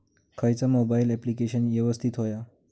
खयचा mobile application यवस्तित होया?